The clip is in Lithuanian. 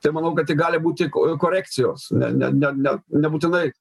tai manau kad ji gali būti kojų korekcijos ne ne ne nebūtinai